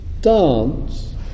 dance